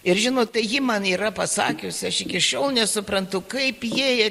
ir žinot tai ji man yra pasakiusi aš iki šiol nesuprantu kaip jai